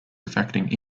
affecting